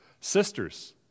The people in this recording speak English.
Sisters